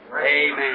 Amen